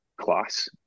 class